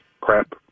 Crap